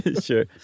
Sure